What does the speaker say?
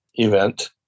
event